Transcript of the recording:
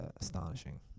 astonishing